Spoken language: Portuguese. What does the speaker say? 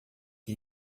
que